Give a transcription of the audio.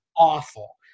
awful